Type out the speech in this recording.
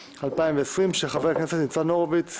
התש"ף-2020 של חבר הכנסת ניצן הורוביץ,